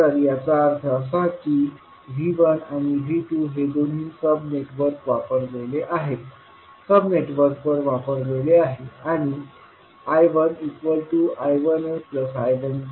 तर याचा अर्थ असा की V1 आणि V2 हे दोन्ही सब नेटवर्कवर वापरलेले आहेत आणि I1I1aI1bआहे